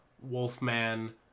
Wolfman